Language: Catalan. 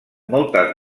moltes